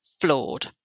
flawed